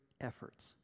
efforts